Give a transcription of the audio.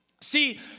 see